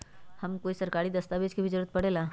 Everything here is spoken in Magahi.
का हमे कोई सरकारी दस्तावेज के भी जरूरत परे ला?